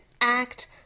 act